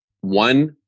one